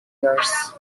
years